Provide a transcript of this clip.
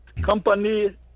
company